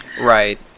Right